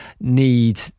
need